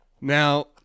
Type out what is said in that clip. Now